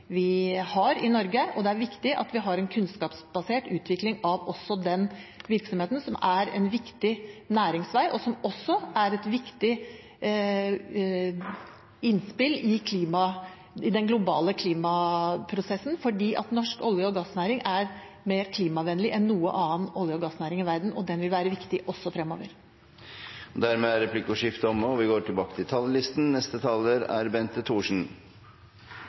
har i Norge. Det er viktig at vi har en kunnskapsbasert utvikling av også den virksomheten, som er en viktig næringsvei – som et viktig innspill i den globale klimaprosessen, fordi norsk olje- og gassnæring er mer klimavennlig enn noen annen olje- og gassnæring i verden, og den vil være viktig også fremover. Dermed er replikkordskiftet omme. Det er et godt budsjett vi